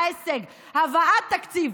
ההישג: הבאת תקציב.